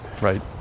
Right